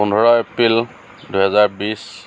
পোন্ধৰ এপ্ৰিল দুহেজাৰ বিছ